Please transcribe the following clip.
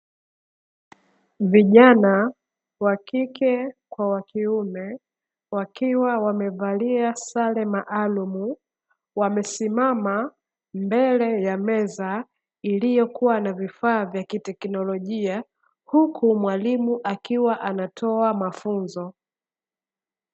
Vijana wa kike kwa wakiume wakiwa wamevalia sare maalumu wamesimama mbele ya meza, iliyokuwa na vifaa vya kitekinolojia huku mwalimu akiwa anatoa mafunzo.